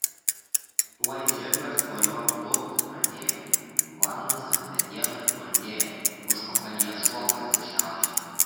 tuoj žirgas po juo klupti pradėjo varnas ant peties suspurdėjo užpakalyje šuo pasišiaušė